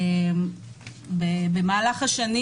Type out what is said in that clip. במהלך השנים